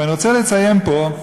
ואני רוצה לציין פה,